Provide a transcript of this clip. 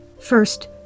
First